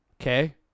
okay